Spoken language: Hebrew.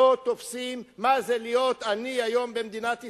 לא תופסים מה זה להיות היום עני במדינת ישראל,